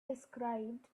described